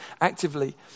actively